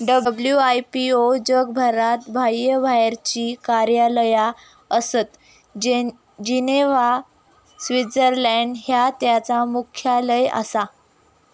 WIPO जगभरात बाह्यबाहेरची कार्यालया आसत, जिनेव्हा, स्वित्झर्लंड हय त्यांचा मुख्यालय आसा